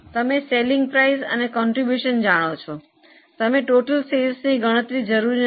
તમે વેચાણ કિંમત અને ફાળો જાણો છો અહીં કુલ વેચાણની ગણતરી જરૂરી નથી